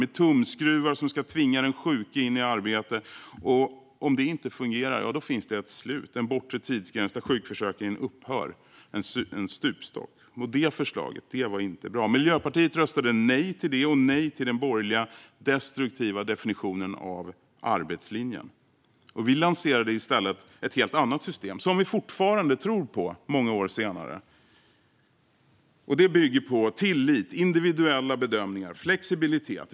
Det innebar tumskruvar som skulle tvinga den sjuke in i arbete, och om det inte fungerade fanns ett slut, en bortre tidsgräns, där sjukförsäkringen upphörde - en stupstock. Detta förslag var inte bra. Miljöpartiet röstade nej till det och nej till den borgerliga, destruktiva, definitionen av arbetslinjen. Vi lanserade i stället ett helt annat system som vi fortfarande, många år senare, tror på. Det bygger på tillit, individuella bedömningar och flexibilitet.